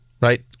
Right